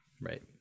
Right